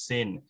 Sin